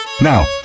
Now